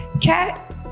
Cat